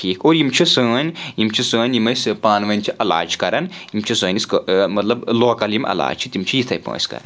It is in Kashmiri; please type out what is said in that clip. ٹھیٖک گوٚو یِم چھِ سٲنۍ یِم چھِ سٲنۍ یِم أسۍ پانہٕ ؤنۍ چھِ علاج کرَان یِم چھِ سٲنِس مطلب لوکَل یِم علاج چھِ تِم چھِ یِتھَے پٲٹھۍ أسۍ کَرَان